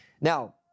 Now